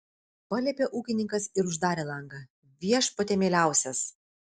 paliepė ūkininkas ir uždarė langą viešpatie mieliausias